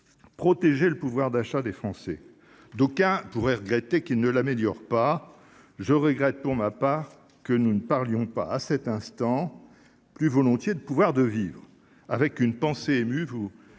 protéger le pouvoir d'achat des Français. D'aucuns pourraient regretter qu'il ne l'améliore pas. Je regrette pour ma part que nous ne parlions pas plus volontiers de « pouvoir de vivre ». En cet instant,